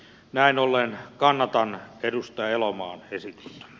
näin ollen kannatan edustaja elomaan esitystä